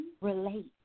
Relate